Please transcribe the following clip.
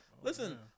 Listen